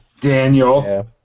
Daniel